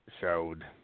showed